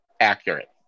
accurate